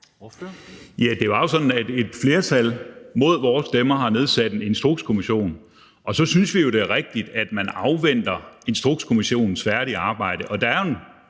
Det er jo sådan, at et flertal – mod vores stemmer – har nedsat en Instrukskommission, og så synes vi jo, det er rigtigt, at man afventer Instrukskommissionens færdige arbejde. Der er jo